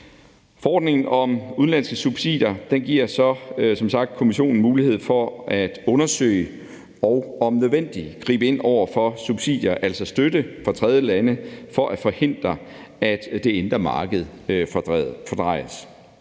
Forordningen om udenlandske subsidier giver så som sagt Kommissionen mulighed for at undersøge og om nødvendigt gribe ind over for subsidier, altså støtte, fra tredjelande for at forhindre, at det indre marked fordrejes.